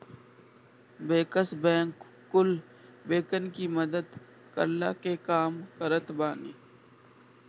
bankers bank कुल बैंकन की मदद करला के काम करत बाने